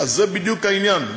זה בדיוק העניין,